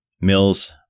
Mills